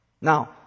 Now